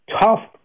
tough